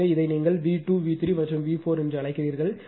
எனவே இதை நீங்கள் V2 V3 மற்றும் V4 என்று அழைக்கிறீர்கள்